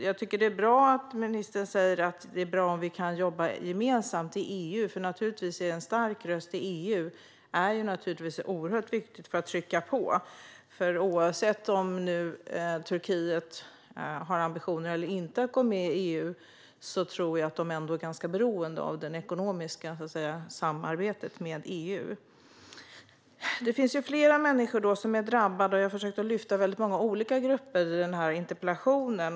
Jag tycker att det är bra att ministern säger att det är bra om vi kan jobba gemensamt i EU, för naturligtvis är en stark röst i EU oerhört viktig för att trycka på. Oavsett om Turkiet nu har ambitioner att gå med i EU eller inte tror jag att landet ändå är beroende av det ekonomiska samarbetet med EU. Det finns flera människor som har drabbats, och jag försökte lyfta fram många olika grupper i interpellationen.